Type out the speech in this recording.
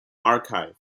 archive